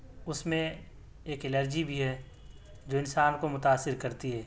اُس میں ایک ایلرجی بھی ہے جو انسان کو متاثر کرتی ہے